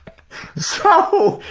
so,